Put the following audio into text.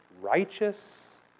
righteous